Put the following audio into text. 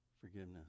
forgiveness